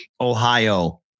Ohio